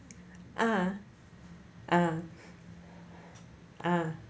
ah ah ah